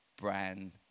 brand